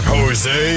Jose